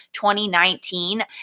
2019